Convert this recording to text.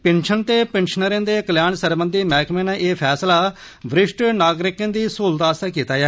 pension ते पिन्शनरें दे कल्याण सरबंधी महकमे नै ए फैसला वरिष्ठ नागरिकें दी सूहलत आस्तै कीता ऐ